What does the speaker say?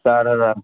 چار ہزار